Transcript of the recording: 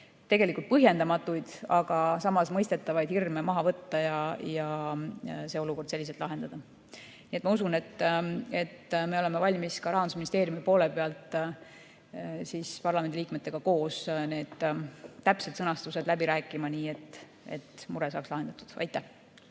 tegelikult põhjendamatuid, aga samas mõistetavaid hirme maha võtta ja see olukord lahendada. Ma usun, et me oleme valmis Rahandusministeeriumi poole pealt parlamendiliikmetega koos täpse sõnastuse läbi rääkima, et mure saaks lahendatud. Aitäh!